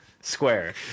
Square